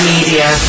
Media